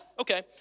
okay